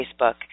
Facebook